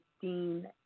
Dean